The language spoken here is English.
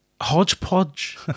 hodgepodge